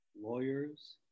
lawyers